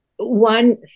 One